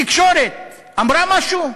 התקשורת אמרה משהו?